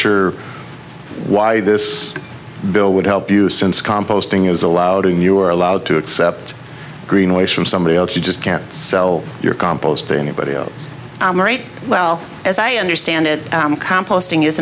sure why this bill would help you since composting is allowed in you're allowed to accept greenways from somebody else you just can't sell your compost to anybody oh well as i understand it composting is